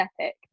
epic